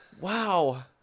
Wow